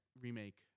remake